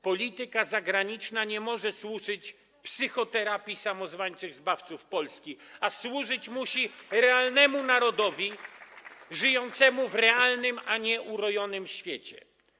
Polityka zagraniczna nie może służyć psychoterapii samozwańczych zbawców Polski, [[Wesołość na sali, oklaski]] a służyć musi realnemu narodowi, żyjącemu w realnym a nie urojonym świecie.